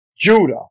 Judah